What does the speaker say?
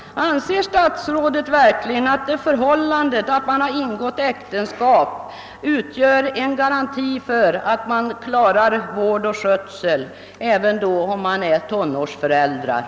Anser statsrådet verkligen att endast det förhållandet att man har ingått äktenskap utgör en garanti för att även tonårsföräldrar klarar vård och skötsel av ett barn?